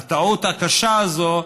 הטעות הקשה הזאת,